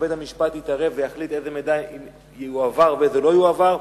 בית-המשפט יתערב ויחליט איזה מידע יועבר ואיזה לא יועבר.